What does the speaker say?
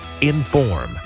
Inform